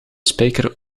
spijker